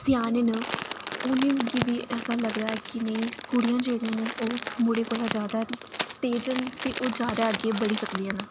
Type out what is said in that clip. स्याने न उ'नेंगी बी ऐसा लगदा कि नेईं कुड़ियां जेहड़ियां न ओह् मुड़ें कोला ज्यादा तेज न ते ओह् ज्यादा अग्गै बधी सकदियां न